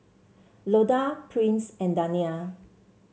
Loda Prince and Dania